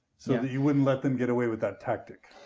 so that you wouldn't let them get away with that tactic.